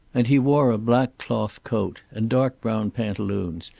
and he wore a black cloth coat, and dark brown pantaloons,